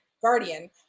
Guardian